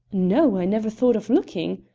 no, i never thought of looking.